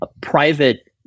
private